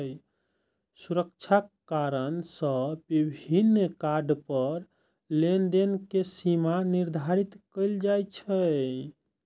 सुरक्षा कारण सं विभिन्न कार्ड पर लेनदेन के सीमा निर्धारित कैल जाइ छै